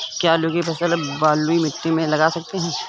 क्या आलू की फसल बलुई मिट्टी में लगा सकते हैं?